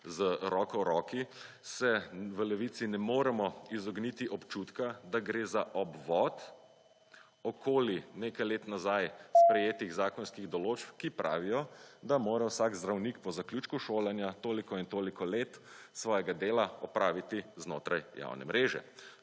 z roko v roki, se v levici ne moremo izogniti občutka, da gre za obvod okoli nekaj let nazaj sprejetih zakonskih določb, ki pravijo, da mora vsak zdravnik po zaključku šolanja toliko in toliko let svojega dela opraviti znotraj javne mreže,